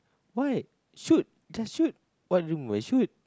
why shoot just shoot what do you mean by shoot